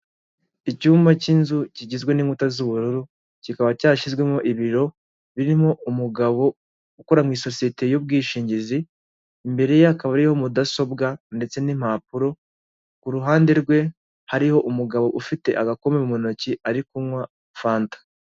Icyumba cy'inzu kigizwe n'inkuta z'ubururu kikaba cyashyizwemo ibiro birimo umugabo ukora mu isosiyete y'ubwishingizi, imbere ye hakaba hariho mudasobwa ndetse n'impapuro, ku ruhande rwe hariho umugabo ufite agakombe mu ntoki ari kunywa fanta.